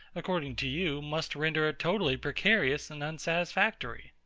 according to you, must render it totally precarious and unsatisfactory.